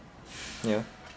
ya